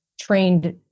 trained